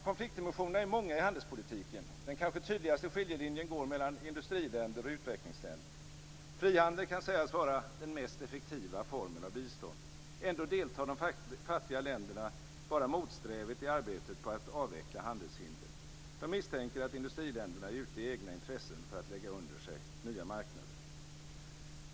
Konfliktdimensionerna är många i handelspolitiken. Den kanske tydligaste skiljelinjen går mellan industriländer och utvecklingsländer. Frihandel kan sägas vara den mest effektiva formen av bistånd. Ändå deltar de fattiga länderna bara motsträvigt i arbetet på att avveckla handelshinder. De misstänker att industriländerna är ute i egna intressen för att lägga under sig nya marknader.